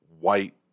white